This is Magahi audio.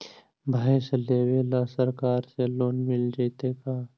भैंस लेबे ल सरकार से लोन मिल जइतै का?